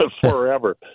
forever